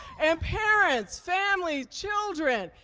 and parents, families, children.